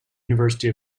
university